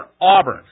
Auburn